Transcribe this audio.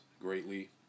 greatly